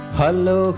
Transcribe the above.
Hello